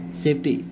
safety